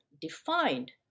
defined